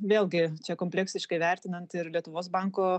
vėlgi čia kompleksiškai vertinant ir lietuvos banko